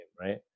right